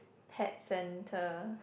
pet centre